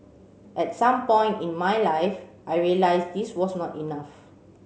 at some point in my life I realised this was not enough